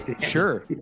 Sure